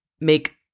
make